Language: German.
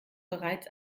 bereits